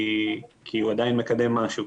הוא עדיין מקדם משהו.